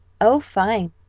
oh, fine,